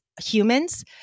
humans